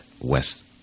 West